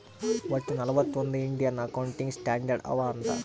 ವಟ್ಟ ನಲ್ವತ್ ಒಂದ್ ಇಂಡಿಯನ್ ಅಕೌಂಟಿಂಗ್ ಸ್ಟ್ಯಾಂಡರ್ಡ್ ಅವಾ ಅಂತ್